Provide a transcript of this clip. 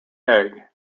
egg